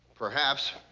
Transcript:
perhaps,